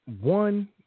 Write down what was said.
one